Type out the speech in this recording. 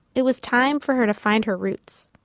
it was time for her to find her roots,